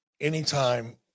anytime